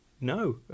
no